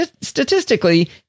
Statistically